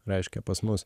reiškia pas mus